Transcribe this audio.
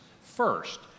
first